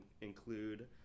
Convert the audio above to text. include